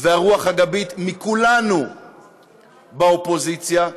והרוח הגבית מכולנו באופוזיציה,